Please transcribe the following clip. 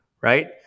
right